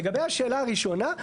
לגבי השאלה הראשונה,